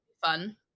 Fun